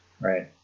Right